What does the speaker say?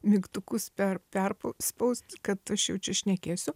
mygtukus per perspaust kad aš jau čia šnekėsiu